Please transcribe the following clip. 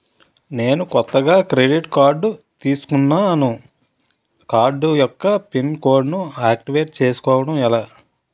నేను కొత్తగా credit card తిస్కున్నా నా కార్డ్ యెక్క పిన్ కోడ్ ను ఆక్టివేట్ చేసుకోవటం ఎలా?